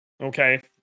Okay